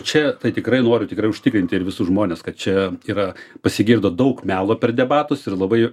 čia tai tikrai noriu tikrai užtikrinti ir visus žmones kad čia yra pasigirdo daug melo per debatus ir labai